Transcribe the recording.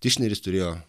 tišneris turėjo